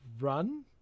run